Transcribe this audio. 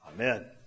Amen